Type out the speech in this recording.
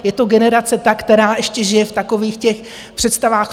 Je to generace ta, která ještě žije v takových těch představách: